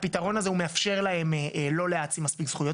הפתרון הזה מאפשר להם לא להעצים מספיק זכויות.